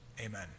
Amen